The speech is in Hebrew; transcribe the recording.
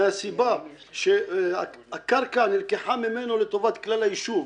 מהסיבה שהקרקע נלקחה ממנו לטובת כלל היישוב.